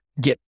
get